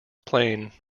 plane